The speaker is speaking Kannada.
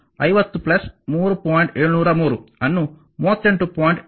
888 50 3